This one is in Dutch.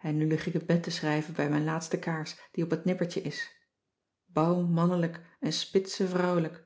en nu lig ik in bed te schrijven bij mijn laatste kaars die op het nippertje is baum mannelijk en spitze vrouwlijk